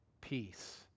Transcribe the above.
peace